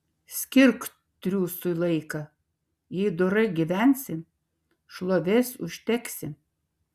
skirk triūsui laiką jei dorai gyvensi šlovės užteksi